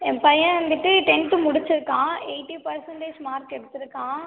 என் பையன் வந்துட்டு டென்த்து முடிச்சுருக்கான் எயிட்டி பர்சன்டேஜ் மார்க் எடுத்திருக்கான்